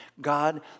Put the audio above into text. God